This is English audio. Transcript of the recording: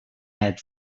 had